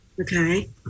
Okay